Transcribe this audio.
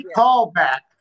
callback